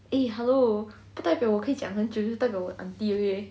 eh hello 不代表我可以讲很久就代表我 aunty okay